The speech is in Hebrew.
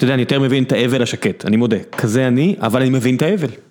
אתה יודע, אני יותר מבין את אבל השקט, אני מודה, כזה אני, אבל אני מבין את האבל.